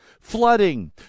flooding